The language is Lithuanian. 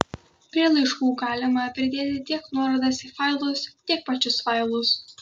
prie laiškų galima pridėti tiek nuorodas į failus tiek pačius failus